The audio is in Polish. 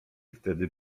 wtedy